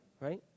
Right